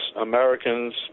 Americans